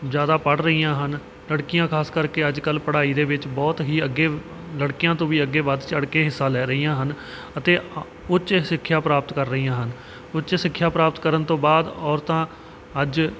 ਜ਼ਿਆਦਾ ਪੜ੍ਹ ਰਹੀਆਂ ਹਨ ਲੜਕੀਆਂ ਖਾਸ ਕਰਕੇ ਅੱਜ ਕੱਲ੍ਹ ਪੜ੍ਹਾਈ ਦੇ ਵਿੱਚ ਬਹੁਤ ਹੀ ਅੱਗੇ ਲੜਕਿਆਂ ਤੋਂ ਵੀ ਅੱਗੇ ਵੱਧ ਚੜ੍ਹ ਕੇ ਹਿੱਸਾ ਲੈ ਰਹੀਆਂ ਹਨ ਅਤੇ ਉੱਚ ਸਿੱਖਿਆ ਪ੍ਰਾਪਤ ਕਰ ਰਹੀਆਂ ਹਨ ਉੱਚ ਸਿੱਖਿਆ ਪ੍ਰਾਪਤ ਕਰਨ ਤੋਂ ਬਾਅਦ ਔਰਤਾਂ ਅੱਜ